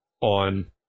on